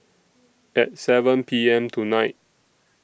At seven P M tonight